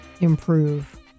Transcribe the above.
improve